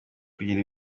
kugira